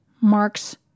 marks